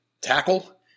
tackle